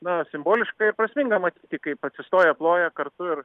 na simboliška ir prasminga matyti kaip atsistoję ploja kartu ir